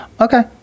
Okay